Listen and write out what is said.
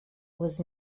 was